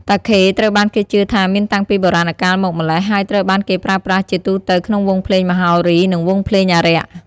តាខេត្រូវបានគេជឿថាមានតាំងពីបុរាណកាលមកម្ល៉េះ ហើយត្រូវបានគេប្រើប្រាស់ជាទូទៅក្នុងវង់ភ្លេងមហោរី និងវង់ភ្លេងអារក្ស។